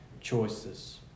choices